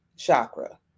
Chakra